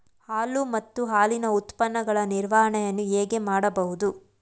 ಹಾಲು ಮತ್ತು ಹಾಲಿನ ಉತ್ಪನ್ನಗಳ ನಿರ್ವಹಣೆಯನ್ನು ಹೇಗೆ ಮಾಡಬಹುದು?